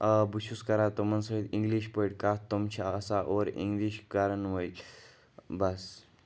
آ بہٕ چھُس کَران تِمَن سۭتۍ اِنٛگلِش پٲٹھۍ کَتھ تِم چھِ آسان اورٕ اِنٛگلِش کَرَن وٲلۍ بَس